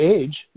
age